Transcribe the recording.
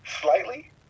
slightly